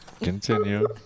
Continue